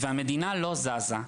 המדינה לא זזה,